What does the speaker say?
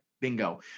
Bingo